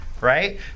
right